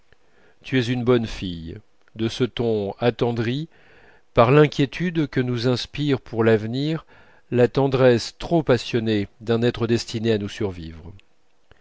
tu es une bonne fille de ce ton attendri par l'inquiétude que nous inspire pour l'avenir la tendresse trop passionnée d'un être destiné à nous survivre